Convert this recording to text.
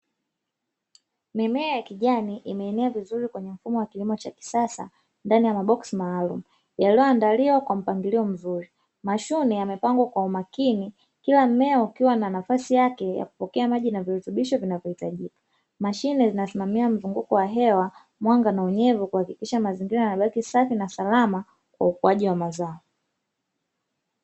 Mimea ya kijani imeenea vizuri kwenye mfumo wa kilimo cha kisasa ndani ya maboksi maalumu yaliyoandaliwa kwa mpangilio mzuri. Mashuni yamepangwa kwa umakini, kila mmea ukiwa na nafasi yake ya kupokea maji na virutubisho vinavyohitajika. Mashine zinasimamia mzunguko wa hewa, mwanga na unyevu kuhakikisha mazingira yanabaki safi na salama kwa ukuaji wa mazao.